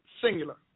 singular